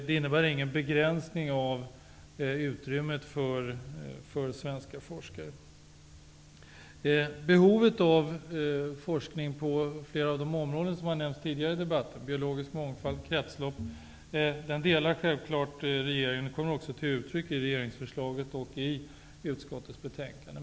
Det är inte fråga om någon begränsning av utrymmet för svenska forskare. Behovet av forskning på flera av de områden som har nämnts tidigare i debatten -- biologisk mångfald, kretslopp m.m. -- är självfallet också regeringen medveten om, och det kommer också till uttryck i regeringsförslaget och i utskottets betänkande.